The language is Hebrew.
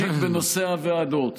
ראשית, בנושא הוועדות,